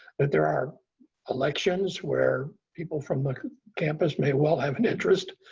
that there are elections where people from the campus may well have an interest,